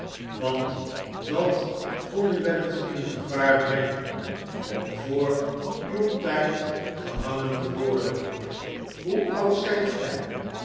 want dat kon u wel eens in gevaar brengen om vr uw tijd gehangen te worden hoe oud zijt gij